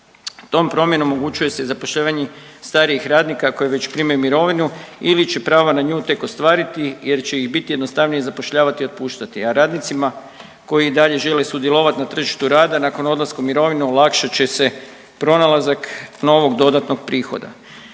Tom promjenom omogućuje se i zapošljavanje starijih radnika koji već primaju mirovinu ili će prava na nju tek ostvariti jer će ih biti jednostavnije zapošljavati i otpuštati, a radnicima koji i dalje žele sudjelovati na tržištu rada nakon odlaska u mirovinu olakšat će se pronalazak novog dodatnog prihoda.